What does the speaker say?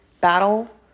battle